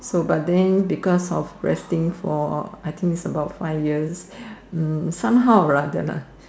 so but then because of resting for I think is about five years somehow or rather lah